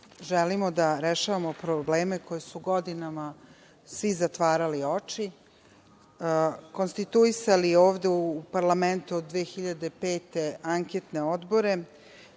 želimo da rešavamo probleme pred koji su godinama svi zatvarali oči. Konstituisali ovde u parlamentu od 2005. anketne odbore,